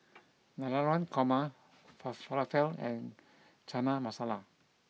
Navratan Korma Falafel and Chana Masala